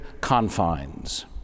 confines